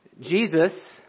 Jesus